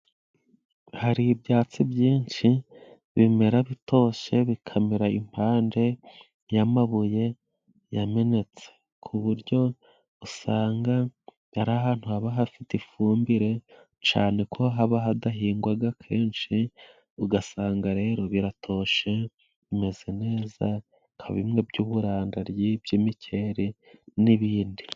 Hari ibyatsi byinshi bimera bitoshe bikamera impande y'amabuye yamenetse. Ku buryo usanga ari ahantu haba hafite ifumbire cane ko haba hadahingwaga kenshi ugasanga rero biratoshe bimeze neza nka bimwe by'uburandaryi, by'imikeri n'ibindi.